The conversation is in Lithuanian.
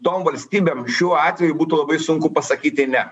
tom valstybėm šiuo atveju būtų labai sunku pasakyti ne